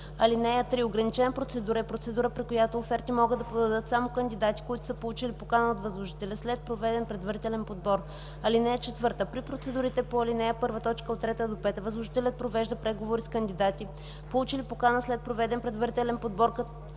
(3) Ограничена процедура е процедура, при която оферти могат да подадат само кандидати, които са получили покана от възложителя след проведен предварителен подбор. (4) При процедурите по ал. 1, т. 3-5 възложителят провежда преговори с кандидати, получили покана след проведен предварителен подбор.